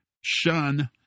Shun